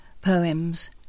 poems